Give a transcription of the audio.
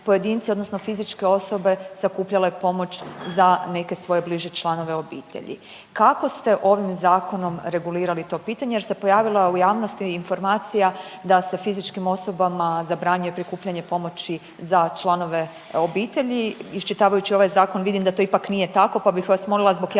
pojedinci, odnosno fizičke osobe sakupljale pomoć za neke svoje bliže članove obitelji. Kako ste ovim Zakonom regulirali to pitanje jer se pojavila u javnosti informacija da se fizičkim osobama zabranjuje prikupljanje pomoći za članove obitelji, iščitavajući ovaj Zakon, vidim da to ipak nije tako pa bih vas molila zbog javnosti